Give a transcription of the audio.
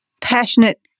passionate